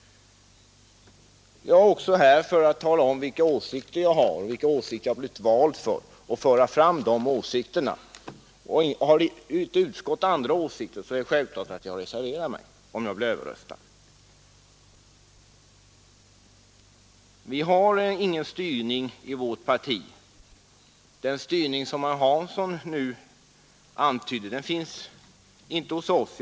Jag är också här för att tala om vilka åsikter jag har och vilka åsikter jag har blivit vald för och för att föra fram de åsikterna. Om ett utskott har andra åsikter och jag blir överröstad är det självklart att jag reserverar mig. Den styrning som herr Hansson antydde finns inte inom vårt parti.